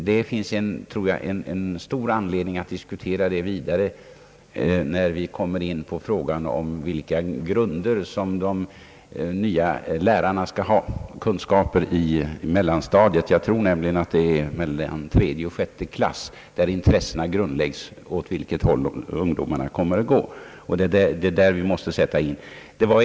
Det finns stor anledning att diskutera detta vidare när vi kommer in på frågan vilka kunskaper de nya lärarna på mellanstadiet skall ha. Jag tror nämligen att det är mellan tredje och sjätte klass de intressen grundläggs, som bestämmer åt vilket håll ungdomarna kommer att gå. Det är där vi måste sätta in våra ansträngningar.